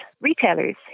retailers